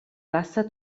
wasser